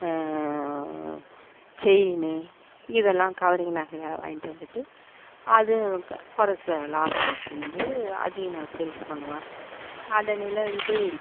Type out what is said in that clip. chain இதெல்லாம் covering நகையாக வாங்கிட்டு வந்துட்டு அதுவும் குறைச்ச லாபம் வச்சிருந்து அதையும் நான் சேல்ஸ் பண்ணுவேன் அதை அன்னில வந்து